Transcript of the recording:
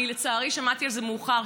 אני, לצערי, שמעתי על זה מאוחר.